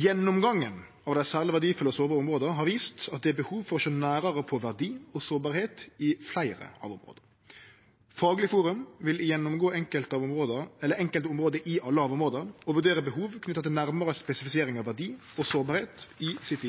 Gjennomgangen av dei særleg verdifulle og sårbare områda har vist at det er behov for å sjå nærare på verdi og sårbarheit i fleire av områda. Fagleg forum vil gjennomgå enkelte område i alle områda og vurdere behov knytt til nærmare spesifisering av verdi og sårbarheit i sitt